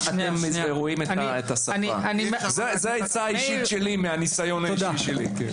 זו העצה האישית שלי מהניסיון האישי שלי.